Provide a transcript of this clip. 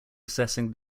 assessing